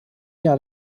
jahr